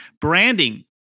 branding